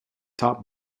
top